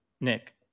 Nick